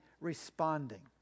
responding